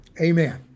amen